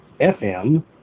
FM